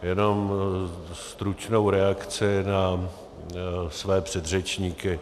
Jenom stručnou reakci na své předřečníky.